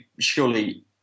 surely